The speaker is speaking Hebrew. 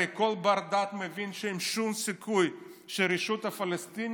הרי כל בר-דעת מבין שאין שום סיכוי שהרשות הפלסטינית